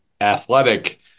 athletic